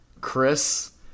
Chris